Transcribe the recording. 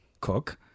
cook